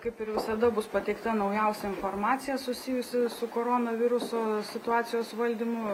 kaip ir visada bus pateikta naujausia informacija susijusi su koronaviruso situacijos valdymu